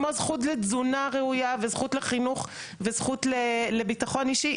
כמו זכות לתזונה ראויה וזכות לחינוך וזכות לביטחון אישי,